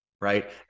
right